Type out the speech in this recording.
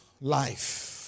life